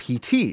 PT